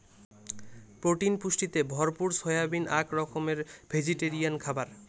protein পুষ্টিতে ভরপুর soybean আক রকমের ভেজিটেরিয়ান খাবার